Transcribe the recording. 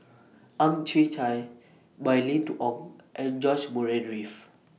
Ang Chwee Chai Mylene Ong and George Murray Reith